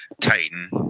Titan